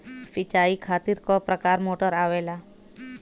सिचाई खातीर क प्रकार मोटर आवेला?